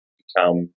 become